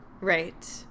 Right